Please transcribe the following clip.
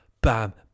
bam